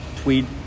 tweed